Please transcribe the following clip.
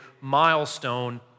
milestone